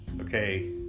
Okay